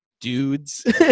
dudes